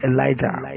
Elijah